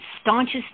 staunchest